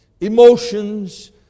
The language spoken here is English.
emotions